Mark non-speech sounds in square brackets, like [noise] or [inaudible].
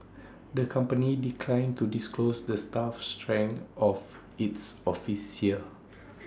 the company declined to disclose the staff strength of its office here [noise]